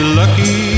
lucky